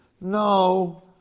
no